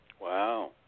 Wow